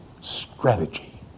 strategy